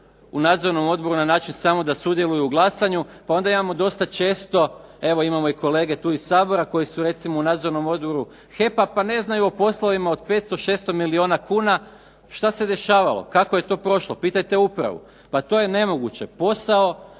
u nadzornom odboru na način samo da sudjeluju u glasanju. Pa onda imamo dosta često, evo imamo i kolege tu iz Sabora koji su recimo u Nadzornom odboru HEP-a pa ne znaju o poslovima o 500, 600 milijuna kuna. Šta se dešavalo, kako je to prošlo pitajte upravu, pa to je nemoguće. Posao